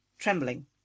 Trembling